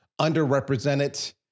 underrepresented